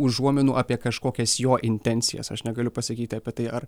užuominų apie kažkokias jo intencijas aš negaliu pasakyti apie tai ar